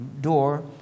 door